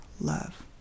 love